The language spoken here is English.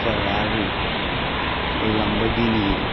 Ferrari Lamborghini